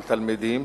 של תלמידים,